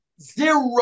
zero